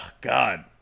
God